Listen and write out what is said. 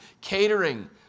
catering